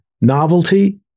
novelty